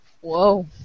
Whoa